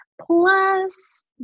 Plus